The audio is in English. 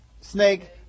snake